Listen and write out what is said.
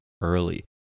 early